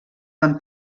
van